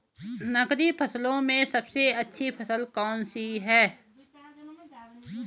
नकदी फसलों में सबसे अच्छी फसल कौन सी है?